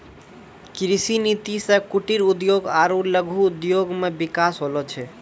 कृषि नीति से कुटिर उद्योग आरु लघु उद्योग मे बिकास होलो छै